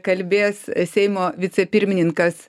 kalbės seimo vicepirmininkas